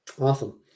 Awesome